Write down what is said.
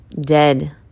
dead